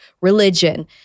religion